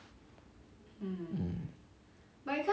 mm